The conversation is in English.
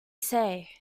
say